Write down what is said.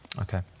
Okay